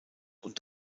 und